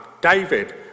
David